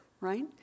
right